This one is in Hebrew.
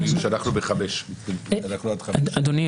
אנחנו עד 5. אדוני,